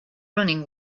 running